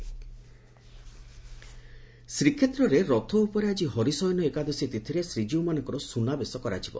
ସ୍ରନାବେଶ ଶ୍ରୀକ୍ଷେତ୍ରରେ ରଥ ଉପରେ ଆଜି ହରିଶୟନ ଏକାଦଶୀ ତିଥିରେ ଶ୍ରୀକୀଉମାନଙ୍କର ସ୍ବନାବେଶ କରାଯିବ